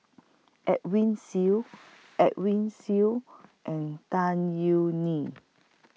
Edwin Siew Edwin Siew and Tan YOU Nee